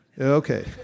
okay